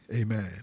Amen